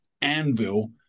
anvil